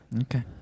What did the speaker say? Okay